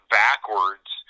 backwards